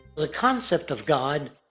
the concept of god,